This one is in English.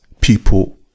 people